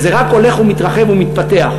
וזה רק הולך ומתרחב ומתפתח.